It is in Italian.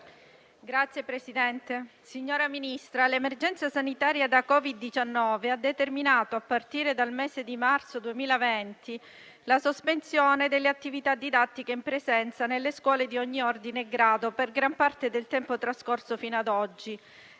signor Ministro, l'emergenza sanitaria da Covid-19 ha determinato, a partire dal mese di marzo 2020, la sospensione delle attività didattiche in presenza nelle scuole di ogni ordine e grado per gran parte del tempo trascorso fino ad oggi,